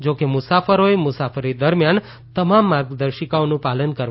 જોકે મુસાફરોએ મુસાફરી દરમિયાન તમામ માર્ગદર્શિકાઓનું પાલન કરવાનું રહેશે